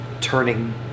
turning